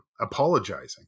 apologizing